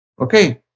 okay